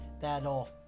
that'll